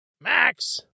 Max